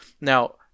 Now